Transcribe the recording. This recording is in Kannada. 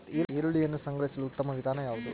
ಈರುಳ್ಳಿಯನ್ನು ಸಂಗ್ರಹಿಸಲು ಉತ್ತಮ ವಿಧಾನ ಯಾವುದು?